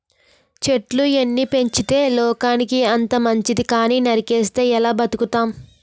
చెట్లు ఎన్ని పెంచితే లోకానికి అంత మంచితి కానీ నరికిస్తే ఎలా బతుకుతాం?